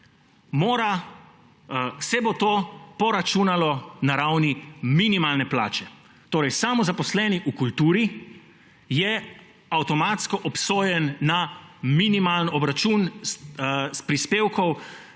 se bo to poračunalo na ravni minimalne plače. Torej, samozaposleni v kulturi je avtomatsko obsojen na minimalen obračun prispevkov,